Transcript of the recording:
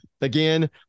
again